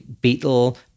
beetle